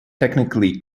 technically